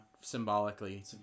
symbolically